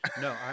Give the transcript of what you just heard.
No